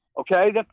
Okay